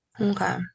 Okay